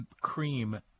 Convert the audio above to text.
cream